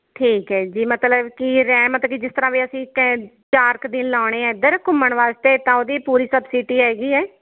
ਠੀਕ ਹੈ ਜੀ ਮਤਲਵ ਕੀ ਰਹਿਮਤ ਕੀ ਜਿਸ ਤਰ੍ਹਾਂ ਵੀ ਅਸੀਂ ਚਾਰ ਕੁ ਦਿਨ ਲਾਉਂਣੇ ਹੈ ਇਧਰ ਘੁੰਮਣ ਵਾਸਤੇ ਤਾਂ ਉਹਦੀ ਪੂਰੀ ਸਬਸਿਟੀ ਹੈਗੀ ਹੈ